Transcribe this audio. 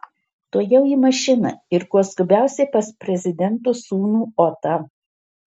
tuojau į mašiną ir kuo skubiausiai pas prezidento sūnų otą